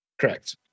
Correct